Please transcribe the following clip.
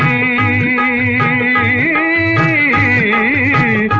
a